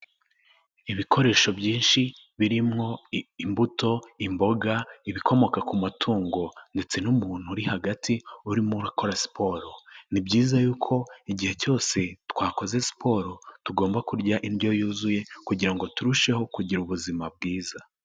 Ibikoresho byinshi birimwo imbuto, imboga, ibikomoka ku matungo ndetse n'umuntu uri hagati urimo urakora siporo, ni byiza yuko igihe cyose twakoze siporo tugomba kurya indyo yuzuye kugira ngo turusheho kugira ubuzima bwiza.